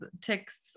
ticks